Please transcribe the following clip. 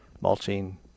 mulching